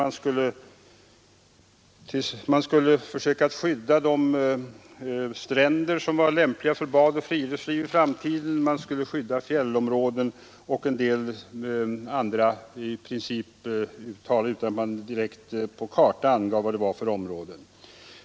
Man skulle i princip försöka skydda de stränder som var lämpliga för bad och friluftsliv i framtiden, man skulle skydda fjällområden och en del andra områden utan att man direkt på kartan angav vad det var för områden.